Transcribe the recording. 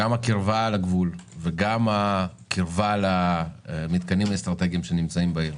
גם הקרבה לגבול וגם הקרבה למתקנים האסטרטגיים שנמצאים בעיר,